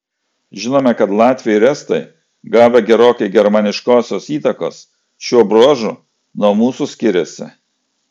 žinome kad latviai ir estai gavę gerokai germaniškosios įtakos šiuo bruožu nuo mūsų skiriasi